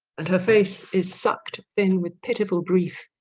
and her face is sucked in with pitiful grief.